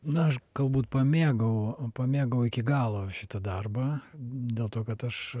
na aš galbūt pamėgau pamėgau iki galo šitą darbą dėl to kad aš